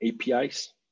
APIs